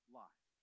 life